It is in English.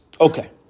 Okay